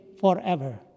forever